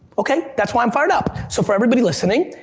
okay, that's why i'm fired up. so for everybody listening,